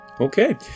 Okay